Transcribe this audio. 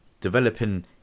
developing